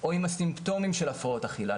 או עם הסימפטומים של הפרעות אכילה,